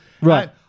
Right